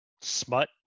Smut